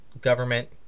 government